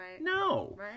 No